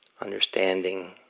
understanding